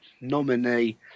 nominee